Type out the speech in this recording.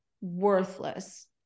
worthless